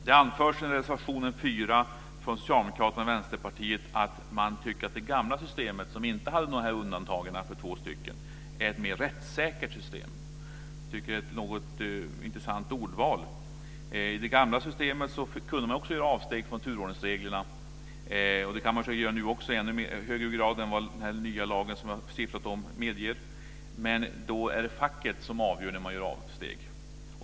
Det anförs i reservation 4 från Socialdemokraterna och Vänsterpartiet att de tycker att det gamla systemet enligt vilket det inte var möjligt att göra undantag för två personer är ett mer rättssäkert system. Jag tycker att det är ett något intressant ordval. Enligt det gamla systemet kunde man också göra avsteg från turordningsreglerna, vilket man enligt det nya kan göra i ännu högre grad än vad den nya lagen medger, men då är det facket som avgör när man ska göra avsteg.